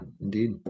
indeed